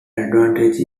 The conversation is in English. advantage